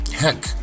Heck